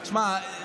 תשמע,